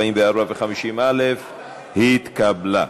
44 ו-50א התקבלה.